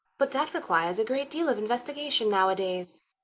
but that requires a great deal of investigation nowadays.